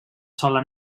sola